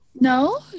No